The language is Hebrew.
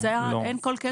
אין כל קשר?